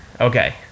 Okay